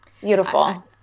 beautiful